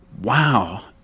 wow